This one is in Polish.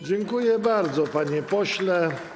Dziękuję bardzo, panie pośle.